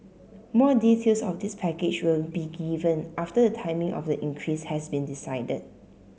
more details of this package will be given after the timing of the increase has been decided